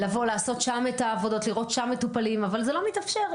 לעשות שם את העבודות ולראות שם מטופלים אבל זה לא מתאפשר.